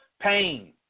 pain